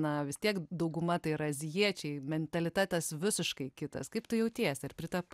na vis tiek dauguma tai yra azijiečiai mentalitetas visiškai kitas kaip tu jautiesi ar pritapai